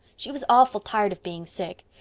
she was awful tired of being sick.